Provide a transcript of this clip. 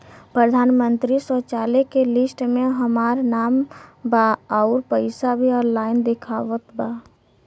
प्रधानमंत्री शौचालय के लिस्ट में हमार नाम बा अउर पैसा भी ऑनलाइन दिखावत बा